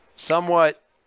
Somewhat